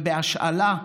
ובהשאלה,